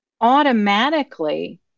automatically